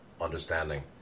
understanding